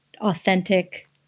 authentic